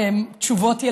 כתשובות ילדינו.